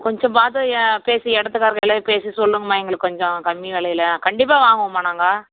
கொஞ்சம் பார்த்து ஏ பேசி இடத்துக்கான விலைய பேசி சொல்லுங்கள்ம்மா எங்களுக்கு கொஞ்சம் கம்மி விலையில கண்டிப்பாக வாங்குவோம்மா நாங்கள்